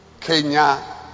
Kenya